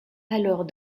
alors